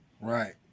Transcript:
Right